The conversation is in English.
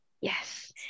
Yes